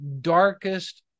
darkest